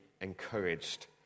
encouraged